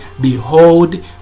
Behold